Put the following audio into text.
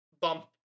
bump